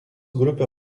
grupę